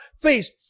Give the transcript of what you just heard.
face